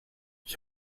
ich